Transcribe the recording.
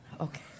Okay